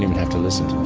have to listen